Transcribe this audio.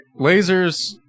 lasers